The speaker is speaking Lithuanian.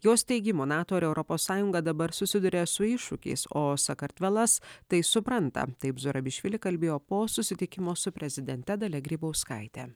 jos teigimu nato ir europos sąjunga dabar susiduria su iššūkiais o sakartvelas tai supranta taip zurabišvili kalbėjo po susitikimo su prezidente dalia grybauskaite